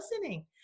listening